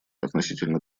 относительно